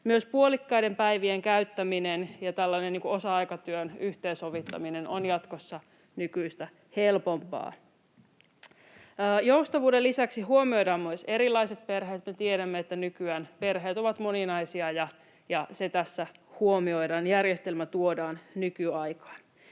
Myös puolikkaiden päivien käyttäminen ja osa-aikatyön yhteensovittaminen on jatkossa nykyistä helpompaa. Joustavuuden lisäksi huomioidaan myös erilaiset perheet. Tiedämme, että nykyään perheet ovat moninaisia, ja se tässä huomioidaan. Järjestelmä tuodaan nykyaikaan.